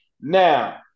Now